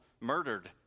murdered